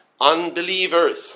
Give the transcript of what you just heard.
unbelievers